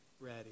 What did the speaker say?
ready